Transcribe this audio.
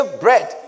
bread